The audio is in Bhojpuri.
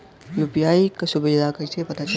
यू.पी.आई सुबिधा कइसे पता चली?